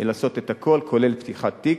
לעשות את הכול, כולל פתיחת תיק.